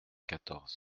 quatorze